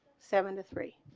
seven to three